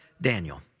Daniel